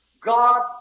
God